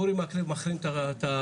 אורי מקלב מחרים את הממ"ח.